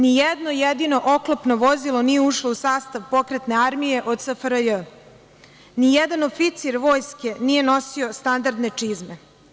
Nijedno jedino oklopno vozilo nije ušlo u sastav pokretne armije od SFRJ, nijedan oficir vojske nije nosio standardne čizme.